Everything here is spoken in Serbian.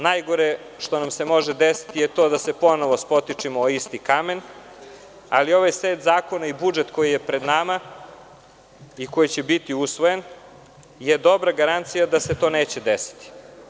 Najgore što nam se može desiti je to da se ponovo spotičemo o isti kamen ali ovaj set zakona i budžet koji je pred nama i koji će biti usvojen je dobra garancija da se to neće desiti.